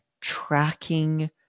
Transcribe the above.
tracking